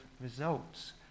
results